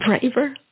braver